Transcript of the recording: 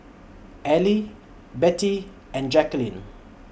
Ally Bettie and Jacquelin